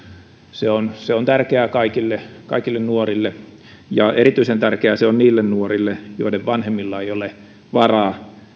se on se on tärkeää kaikille kaikille nuorille ja erityisen tärkeää se on niille nuorille joiden vanhemmilla ei ole varaa